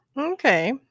Okay